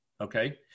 Okay